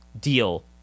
deal